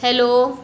hello